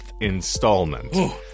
installment